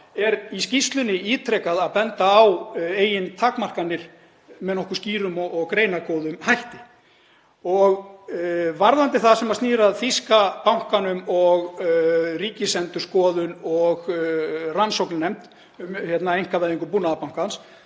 er í skýrslunni ítrekað að benda á eigin takmarkanir með nokkuð skýrum og greinargóðum hætti. Varðandi það sem snýr að þýska bankanum og Ríkisendurskoðun og rannsóknarnefnd um einkavæðingu Búnaðarbankans